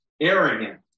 arrogant